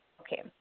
okay